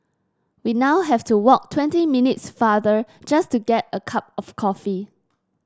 we now have to walk twenty minutes farther just to get a cup of coffee